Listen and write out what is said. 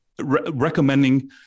recommending